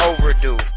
overdue